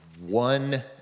one